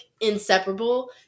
inseparable